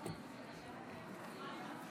אחד האנשים